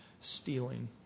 stealing